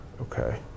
okay